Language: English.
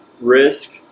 risk